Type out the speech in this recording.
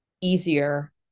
easier